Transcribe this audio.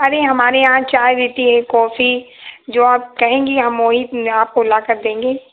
array हमारे यहाँ चाय भिती है कॉफी जो आप कहेंगी वही हम वही आपको लाकर देंगे